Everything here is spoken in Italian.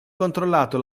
controllato